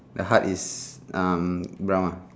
the hut is um brown ah